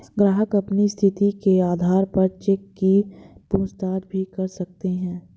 ग्राहक अपनी स्थिति के आधार पर चेक की पूछताछ भी कर सकते हैं